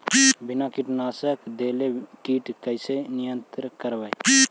बिना कीटनाशक देले किट कैसे नियंत्रन करबै?